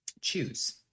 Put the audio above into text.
choose